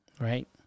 right